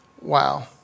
Wow